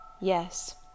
Yes